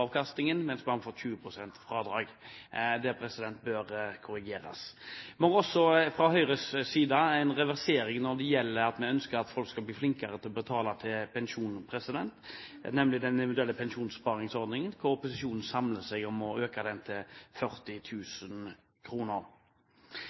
avkastningen, mens man får 20 pst. fradrag. Det bør korrigeres. Vi har også fra Høyres side en reversering i forbindelse med at vi ønsker at folk skal bli flinkere til å betale til pensjonen sin, nemlig den individuelle pensjonsspareordningen, hvor opposisjonen samler seg om å øke det årlige sparebeløpet til 40